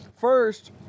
first